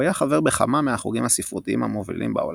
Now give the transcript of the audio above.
הוא היה חבר בכמה מהחוגים הספרותיים המובילים,